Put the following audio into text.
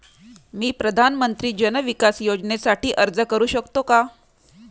मी प्रधानमंत्री जन विकास योजनेसाठी अर्ज करू शकतो का?